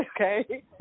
okay